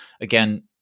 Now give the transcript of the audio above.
Again